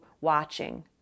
watching